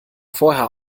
vorher